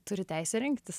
turi teisę rinktis